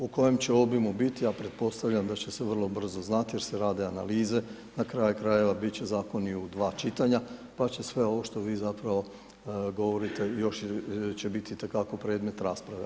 U kojem će obimu biti, ja pretpostavljam da će se vrlo brzo znati jer se rade analize, na kraju krajeva bit će zakoni u dva čitanja, pa će sve ovo što vi zapravo govorite još će biti itekako predmet rasprave.